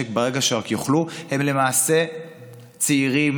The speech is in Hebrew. מנוע צמיחה אדיר,